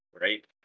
Right